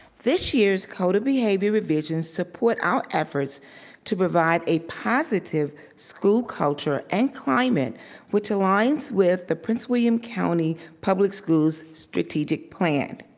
this year's code of behavior revisions support our efforts to provide a positive school culture and climate which aligns with the prince william county public schools' strategic plan.